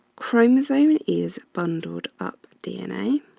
chromosome and is bundled up dna.